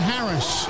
Harris